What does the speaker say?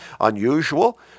unusual